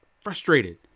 frustrated